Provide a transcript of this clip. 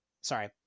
sorry